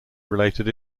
related